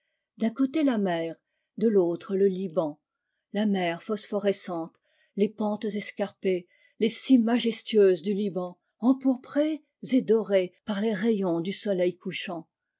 d'un côté la mer de l'autre le liban la mer phosphorescente les pentes escarpées les cimes majestueuses du liban empourprées et dorées par les rayons du soleil couchant